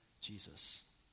jesus